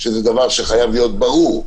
שבוודאי חייב להיות ברור,